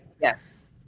Yes